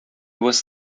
was